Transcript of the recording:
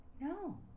no